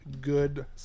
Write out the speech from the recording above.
good